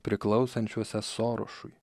priklausančiuose sorošui